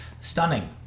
Stunning